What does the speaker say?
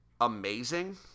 amazing